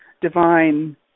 divine